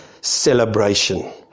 celebration